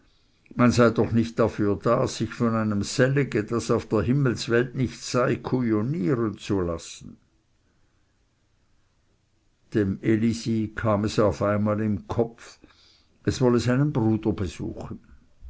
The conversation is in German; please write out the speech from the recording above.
man sei doch nicht dafür da sich von einem sellige das auf der himmelswelt nichts sei kujonieren zu lassen dem elisi kam es auf einmal in kopf es wolle seinen bruder besuchen